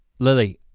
lily,